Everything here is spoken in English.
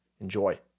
Enjoy